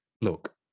Look